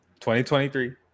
2023